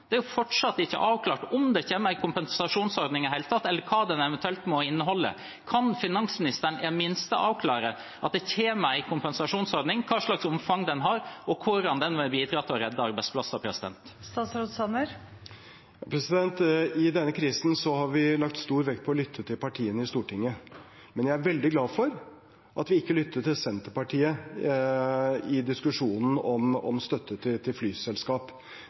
er det fortsatt ikke avklart om det kommer en kompensasjonsordning i det hele tatt, eller hva den eventuelt må inneholde. Kan finansministeren i det minste avklare at det kommer en kompensasjonsordning, hva slags omfang den vil ha, og hvordan den vil bidra til å redde arbeidsplasser? I denne krisen har vi lagt stor vekt på å lytte til partiene i Stortinget, men jeg er veldig glad for at vi ikke lyttet til Senterpartiet i diskusjonen om støtte til flyselskap. Det ville vært en støtte som gikk ut av landet og til